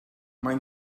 mae